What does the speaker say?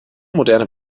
moderne